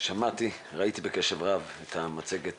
שמעתי וראיתי בקשב רב את המצגת